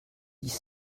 dix